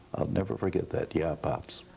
never forget that. yeah, pops,